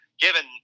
given